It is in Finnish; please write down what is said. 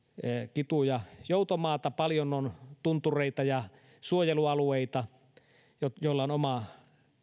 kitu ja joutomaata paljon on tuntureita ja suojelualueita joilla on oma